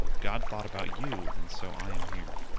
god thought about you, and so i am here.